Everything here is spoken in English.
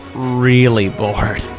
really bored.